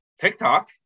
TikTok